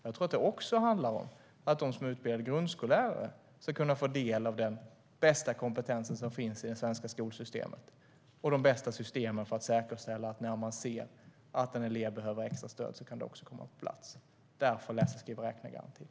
Jag tror att det också handlar om att de som är utbildade grundskollärare ska kunna få del av den bästa kompetens som finns i det svenska skolsystemet. Vi ska ha de bästa systemen för att kunna säkerställa att en elev som behöver extra stöd ska få detta stöd på plats. Därför har vi läsa-skriva-räkna-garantin.